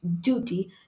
duty